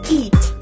eat